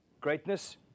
greatness